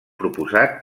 proposat